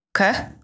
Okay